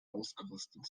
ausgerüstet